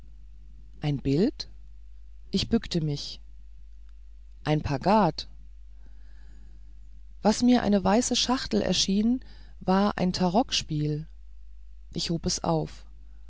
ein bild ich bückte mich ein pagad was mir eine weiße schachtel geschienen war ein tarokspiel ich hob es auf